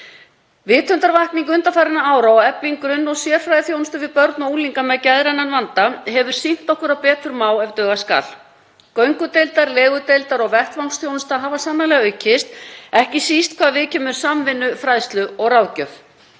Vitundarvakning undanfarinna ára og efling grunn- og sérfræðiþjónustu við börn og unglinga með geðrænan vanda hefur sýnt okkur að betur má ef duga skal. Göngudeildar-, legudeildar- og vettvangsþjónusta hefur sannarlega aukist, ekki síst hvað viðkemur samvinnu, fræðslu og ráðgjöf.